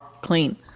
clean